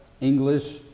English